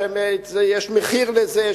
שיש מחיר לזה,